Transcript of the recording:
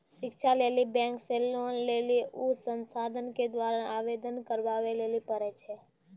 शिक्षा लेली बैंक से लोन लेली उ संस्थान के द्वारा आवेदन करबाबै लेली पर छै?